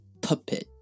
puppet